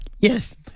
Yes